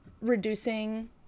reducing